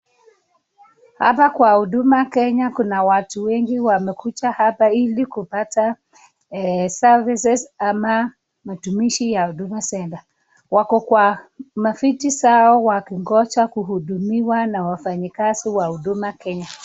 Hapa kwa huduma kenya kuna watu wengi wamekuja hapa ili kupata services ama matumishi ya huduma [center].Wako kwa maviti zao wakingoja kuhudumiwa na wafanyakazi wa huduma kenya.